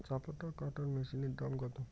চাপাতা কাটর মেশিনের দাম কত?